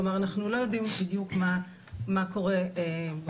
כלומר אנחנו לא יודעים בדיוק מה קורה בפועל.